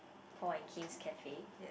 Paul and Kim's cafe